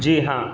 جی ہاں